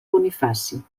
bonifaci